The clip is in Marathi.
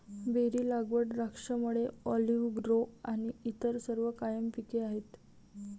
बेरी लागवड, द्राक्षमळे, ऑलिव्ह ग्रोव्ह आणि इतर सर्व कायम पिके आहेत